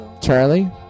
Charlie